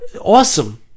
Awesome